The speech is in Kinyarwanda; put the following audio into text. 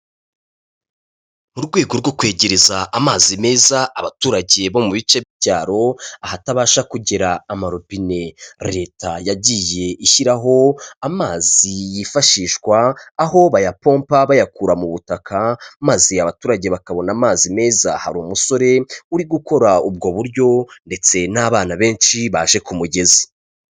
Mu rwego rwo kwegereza amazi meza abaturage bo mu bice by'ibyaro, ahatabasha kugira ama robine leta yagiye ishyiraho amazi yifashishwa aho bayapompa bayakura mu butaka, maze abaturage bakabona amazi meza, hari umusore uri gukora ubwo buryo ndetse n'abana benshi baje ku mugezi.